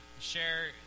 share